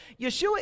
Yeshua